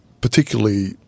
particularly